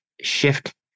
shift